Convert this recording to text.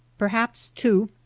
perhaps, too,